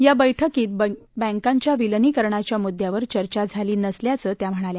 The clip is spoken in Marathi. या बैठकीत बँकांच्या विलनीकरणाच्या मुद्यावर चर्चा झाली नसल्याचं त्या म्हणाल्या